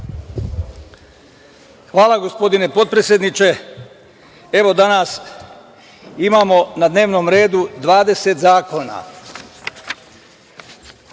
Hvala gospodine potpredsedniče. Evo danas, imamo na dnevnom redu 20 zakona.